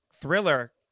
Thriller